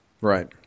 Right